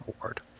Award